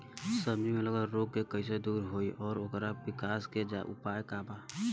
सब्जी में लगल रोग के कइसे दूर होयी और ओकरे विकास के उपाय का बा?